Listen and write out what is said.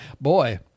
boy